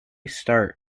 start